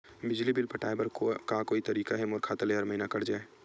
बिजली बिल पटाय बर का कोई तरीका हे मोर खाता ले हर महीना कट जाय?